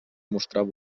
mostrava